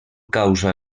causa